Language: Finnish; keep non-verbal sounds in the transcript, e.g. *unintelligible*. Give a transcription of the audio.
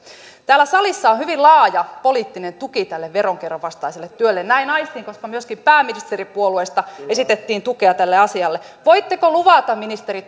täällä salissa on hyvin laaja poliittinen tuki tälle veronkierron vastaiselle työlle näin aistin koska myöskin pääministeripuolueesta esitettiin tukea tälle asialle voitteko luvata ministeri *unintelligible*